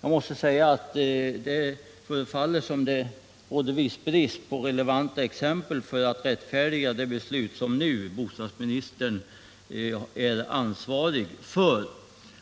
Jag måste säga att det förefaller som om det råder viss brist på relevanta exempel för att rättfärdiga de beslut som bostadsministern nu har ansvaret för.